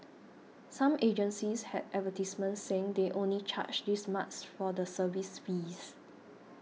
some agencies had advertisements saying they only charge this much for the service fees